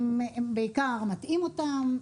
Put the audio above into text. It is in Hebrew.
הם בעיקר מטעים אותם,